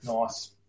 Nice